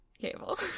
Cable